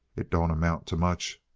it don't amount to much.